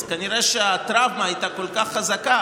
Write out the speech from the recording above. אז כנראה שהטראומה הייתה כל כך חזקה,